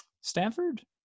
Stanford